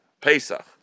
Pesach